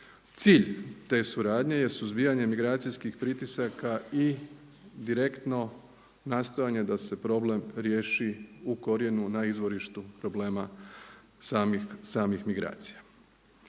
Cilj te suradnje je suzbijanje migracijskih pritisaka i direktno nastojanje da se problem riješi u korijenu na izvorištu problema samih migracija.